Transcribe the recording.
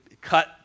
cut